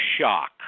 shock